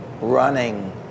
running